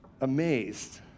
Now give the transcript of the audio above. amazed